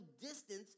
distance